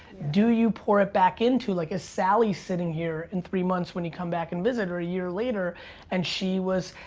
do you pour it back into like, is sally sitting here in three months when you come back and visit or a year later and she was,